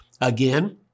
again